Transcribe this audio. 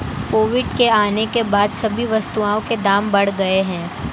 Covid के आने के बाद सभी वस्तुओं के दाम बढ़ गए हैं